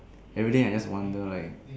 everyday I just wonder like